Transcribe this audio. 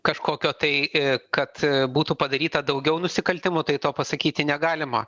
kažkokio tai kad būtų padaryta daugiau nusikaltimų tai to pasakyti negalima